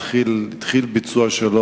התחיל ביצוע שלו,